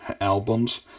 albums